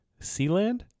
Sealand